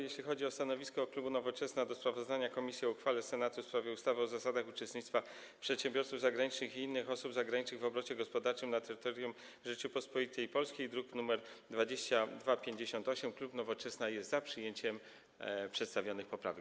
Jeśli chodzi o stanowisko klubu Nowoczesna odnośnie do sprawozdania komisji o uchwale Senatu w sprawie ustawy o zasadach uczestnictwa przedsiębiorców zagranicznych i innych osób zagranicznych w obrocie gospodarczym na terytorium Rzeczypospolitej Polskiej, druk nr 2258, klub Nowoczesna jest za przyjęciem przedstawionych poprawek.